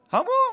המום.